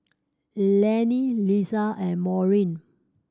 Laney Liza and Maureen